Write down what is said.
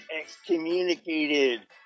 excommunicated